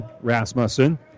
Rasmussen